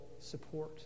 support